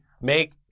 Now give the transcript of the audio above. make